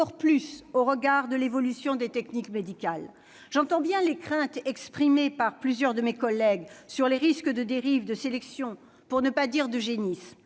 plus au regard de l'évolution des techniques médicales. J'entends bien les craintes exprimées par plusieurs de mes collègues sur les risques de dérive, de sélection, pour ne pas dire d'eugénisme.